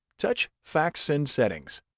touch fax send settings.